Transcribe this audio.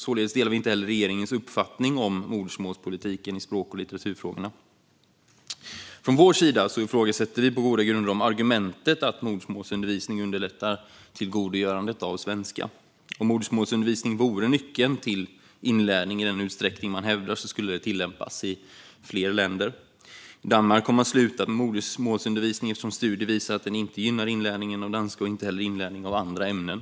Således delar vi inte heller regeringens uppfattning om modersmålspolitiken i språk och litteraturfrågorna. Vi ifrågasätter på från vår sida sett goda grunder argumentet att modersmålsundervisning underlättar tillgodogörandet av svenska. Om modersmålsundervisning vore nyckeln till inlärning i den utsträckning man hävdar skulle detta tillämpas i fler länder. I Danmark har man slutat med modersmålsundervisning eftersom studier visar att den inte gynnar inlärningen av danska och inte heller inlärning av andra ämnen.